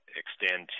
extend